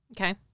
Okay